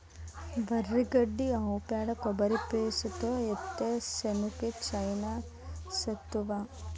వరి గడ్డి ఆవు పేడ కొబ్బరి పీసుతో ఏత్తే సేనుకి చానా సత్తువ